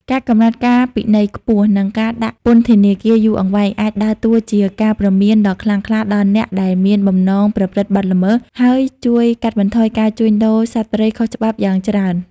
ការកំណត់ការពិន័យខ្ពស់ និងការដាក់ពន្ធនាគារយូរអង្វែង អាចដើរតួជាការព្រមានដ៏ខ្លាំងក្លាដល់អ្នកដែលមានបំណងប្រព្រឹត្តបទល្មើស ហើយជួយកាត់បន្ថយការជួញដូរសត្វព្រៃខុសច្បាប់យ៉ាងច្រើន។